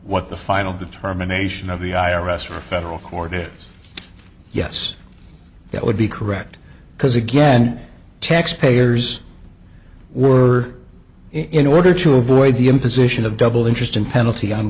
what the final determination of the i r s or a federal court is yes that would be correct because again tax payers were in order to avoid the imposition of double interest and penalty on